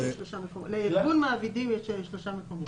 לארגון מעבידים יש שלושה מקומות במועצה.